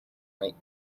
make